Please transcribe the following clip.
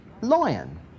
lion